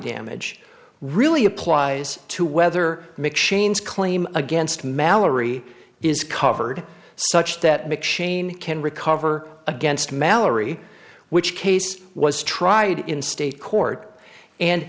damage really applies to whether mcshane's claim against mallory is covered such that mcshane can recover against mallory which case was tried in state court and